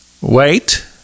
wait